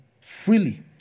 freely